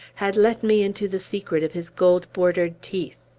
had let me into the secret of his gold-bordered teeth.